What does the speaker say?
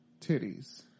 titties